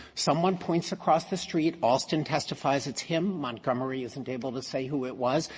someone points across the street. alston testifies it's him. montgomery isn't able to say who it was.